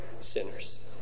sinners